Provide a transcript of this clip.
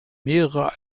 mehrere